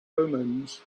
omens